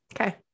Okay